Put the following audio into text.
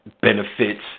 benefits